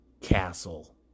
castle